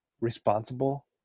responsible